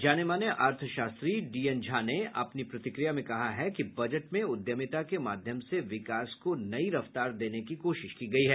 जाने माने अर्थशास्त्री डीएन झा ने अपनी प्रतिक्रिया में कहा है कि बजट में उद्यमिता के माध्यम से विकास को नई रफ्तार देने की कोशिश की गयी है